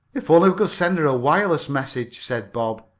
if only we could send her a wireless message! said bob.